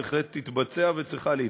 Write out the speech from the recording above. בהחלט יתבצעו וצריכות להתבצע.